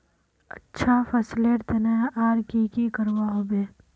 अच्छा फसलेर तने आर की की करवा होबे?